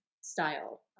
style